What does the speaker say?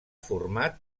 format